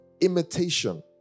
imitation